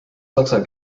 saksa